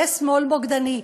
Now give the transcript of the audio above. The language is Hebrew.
יש שמאל בוגדני.